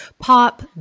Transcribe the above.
pop